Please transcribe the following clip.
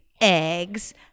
eggs